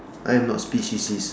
I'm not speciesist